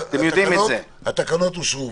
התקנות אושרו.